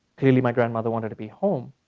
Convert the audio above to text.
clearly, my grandmother wanted to be home,